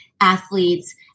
athletes